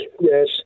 yes